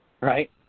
right